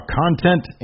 content